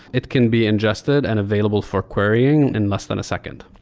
it can be ingested and available for querying in less than a second.